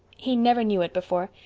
he never knew it before.